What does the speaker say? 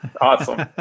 Awesome